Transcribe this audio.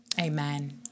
amen